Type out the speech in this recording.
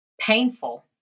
painful